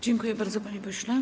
Dziękuję bardzo, panie pośle.